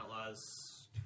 Outlaws